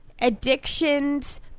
addictions